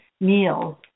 meals